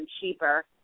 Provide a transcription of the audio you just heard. cheaper